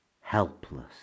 helpless